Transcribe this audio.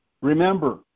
Remember